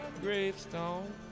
gravestone